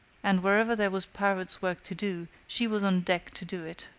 and wherever there was pirate's work to do, she was on deck to do it.